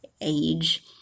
age